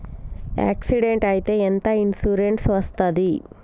Accident అయితే ఎంత insurance వస్తది?